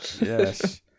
Yes